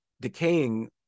decaying